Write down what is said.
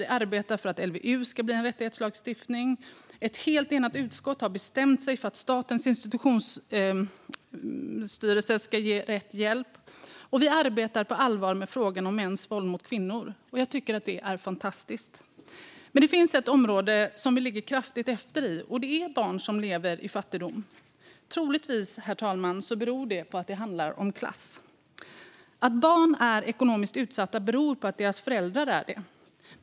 Vi arbetar för att LVU ska bli en rättighetslagstiftning, och ett helt enat utskott har bestämt sig för att Statens institutionsstyrelse ska ge rätt hjälp. Och vi arbetar på allvar med frågan om mäns våld mot kvinnor. Jag tycker att detta är fantastiskt. Men det finns ett område där vi ligger kraftigt efter, och det är barn som lever i fattigdom. Troligtvis, herr talman, beror det på att det handlar om klass. Att barn är ekonomiskt utsatta beror på att deras föräldrar är det.